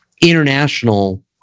international